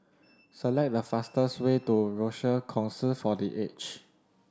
select the fastest way to Rochor Kongsi for The Age